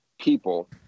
people